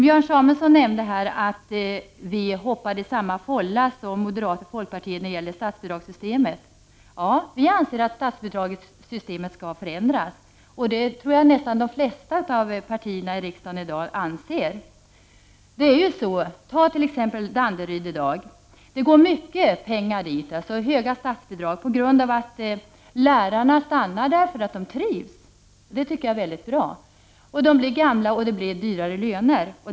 Björn Samuelson nämnde att miljöpartiet hoppar i samma fålla som moderaterna och folkpartiet när det gäller statsbidragssystemet. Ja, vi anser att statsbidragssystemet skall förändras. Jag tror att de flesta av partierna i riksdagen i dag anser detsamma. I dag får t.ex. Danderyd höga statsbidrag på grund av att lärarna stannar där eftersom de trivs. Och det är bra. Lärarna stannar länge i tjänsten, de blir gamla och får högre löner.